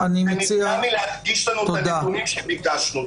ונמנע מלהגיש לנו את הנתונים שביקשנו.